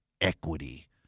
equity